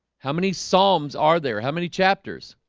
how many psalms are there how many chapters?